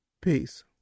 Peace